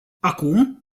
acum